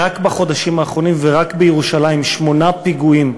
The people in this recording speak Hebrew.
רק בחודשים האחרונים ורק בירושלים סוכלו